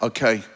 Okay